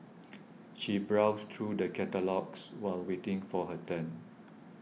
she browsed through the catalogues while waiting for her turn